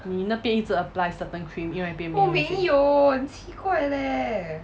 你那边一直 certain cream 另外一边没有